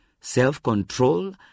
self-control